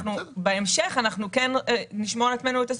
בהמשך כן נשמור לעצמנו את הזכות,